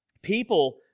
People